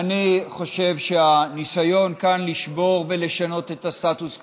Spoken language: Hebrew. אני חושב שהניסיון כאן לשבור ולשנות את הסטטוס קוו,